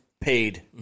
paid